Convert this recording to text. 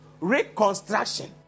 reconstruction